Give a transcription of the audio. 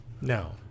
No